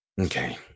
okay